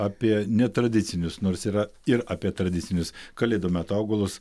apie netradicinius nors yra ir apie tradicinius kalėdų metu augalus